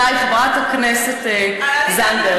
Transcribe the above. די, חברת הכנסת זנדברג.